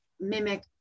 mimic